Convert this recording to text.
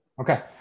Okay